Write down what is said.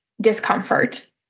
discomfort